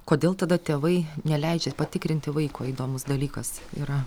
kodėl tada tėvai neleidžia patikrinti vaiko įdomus dalykas yra